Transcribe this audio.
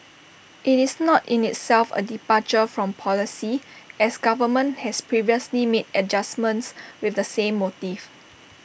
IT is not in itself A departure from policy as government has previously made adjustments with the same motive